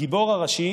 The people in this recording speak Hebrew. הגיבור הראשי